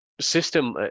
System